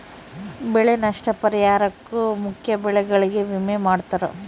ಬೆಳೆ ನಷ್ಟ ಪರಿಹಾರುಕ್ಕ ಮುಖ್ಯ ಬೆಳೆಗಳಿಗೆ ವಿಮೆ ಮಾಡ್ತಾರ